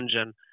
engine